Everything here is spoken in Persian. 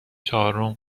چهارم